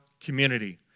community